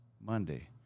Monday